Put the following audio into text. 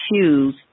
choose